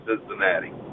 Cincinnati